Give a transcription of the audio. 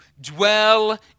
dwell